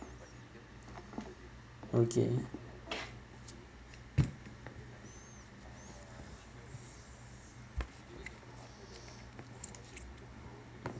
okay